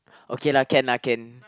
okay lah can lah can